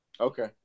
okay